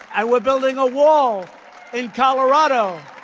and we're building a wall in colorado.